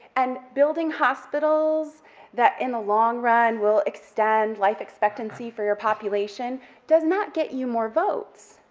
and building hospitals that in the long run will extend life expectancy for your population does not get you more votes,